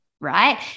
Right